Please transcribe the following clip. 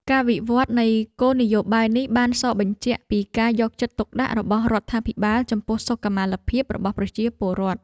ការវិវត្តនៃគោលនយោបាយនេះបានសបញ្ជាក់ពីការយកចិត្តទុកដាក់របស់រដ្ឋាភិបាលចំពោះសុខុមាលភាពរបស់ប្រជាពលរដ្ឋ។